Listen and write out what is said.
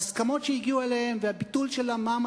ההסכמות שהגיעו אליהן והביטול של המע"מ